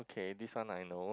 okay this one I know